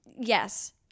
Yes